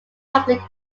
republic